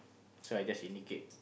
so I just indicate